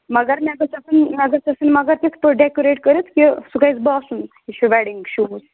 مگر مےٚ گٔژھ آسٕنۍ مےٚ گٔژھ آسٕنۍ مَگر تِتھ پٲٹھۍ ڈیکُریٹ کٔرِتھ کہِ سُہ گژھِ باسُن یہِ چھُ وٮ۪ڈِنٛگ شوٗٹ